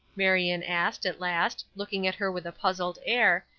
marion asked, at last, looking at her with a puzzled air,